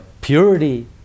purity